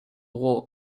work